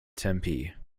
tempe